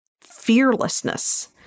fearlessness